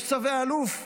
יש צווי אלוף,